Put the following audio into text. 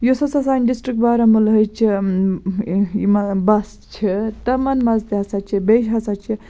یُس ہَسا سانہِ ڈِسٹِرٛک بارہمولہٕچ یِمہ بَسہٕ چھِ تمَن منٛز تہِ ہَسا چھِ بیٚیہِ ہَسا چھِ